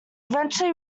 eventually